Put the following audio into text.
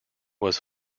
was